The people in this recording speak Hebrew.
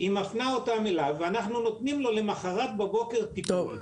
היא מפנה אותם אליי ואנחנו נותנים לו למוחרת בבוקר טיפול.